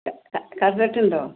ക ക് കടലെറ്റ് ഉണ്ടോ